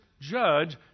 judge